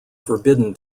forbidden